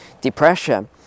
Depression